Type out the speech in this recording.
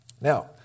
Now